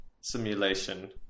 simulation